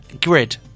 grid